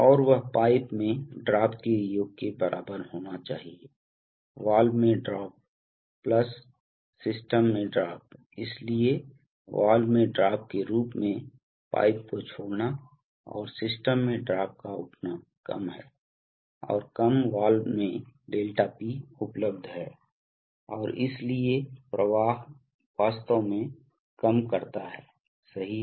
और वह पाइप में ड्रॉप के योग के बराबर होना चाहिए वाल्व में ड्रॉप प्लस सिस्टम में ड्रॉप इसलिए वाल्व में ड्रॉप के रूप में पाइप को छोड़ना और सिस्टम में ड्रॉप का उठना कम है और कम वाल्व में ∆P उपलब्ध है और इसलिए प्रवाह वास्तव में कम करता है सही है